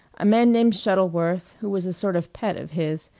a man named shuttleworth, who was a sort of pet of his,